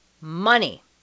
money